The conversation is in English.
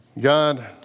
God